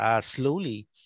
slowly